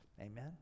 Amen